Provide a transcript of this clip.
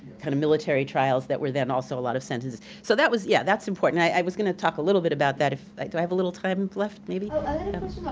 kind of military trials that were then also a lot of sentences. so that was, yeah, that's important. i was gonna talk a little bit about that, like do i have a little time and left, maybe? oh,